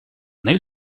nel